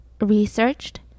researched